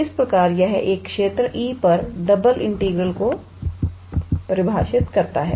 इस प्रकार यह एक क्षेत्र E पर डबल इंटीग्रल को परिभाषित करता है